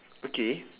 okay